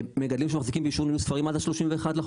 מגדלים שמחזיקים באישור ניהול ספרים עד ה- 31 לחודש,